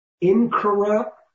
incorrupt